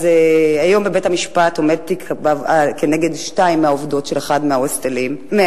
אז היום בבית-המשפט עומד תיק כנגד שתיים מהעובדות של אחד המעונות